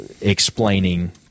explaining